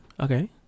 Okay